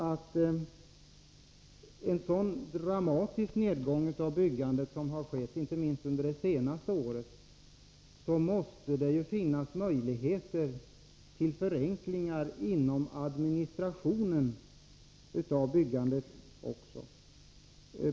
Med en så dramatisk nedgång av byggandet som har skett, inte minst under det senaste året, måste det också finnas möjligheter till förenklingar inom administrationen av byggandet.